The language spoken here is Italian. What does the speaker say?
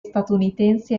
statunitensi